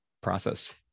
process